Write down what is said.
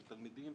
של תלמידים,